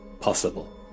possible